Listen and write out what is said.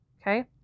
Okay